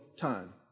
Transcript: time